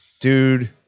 Dude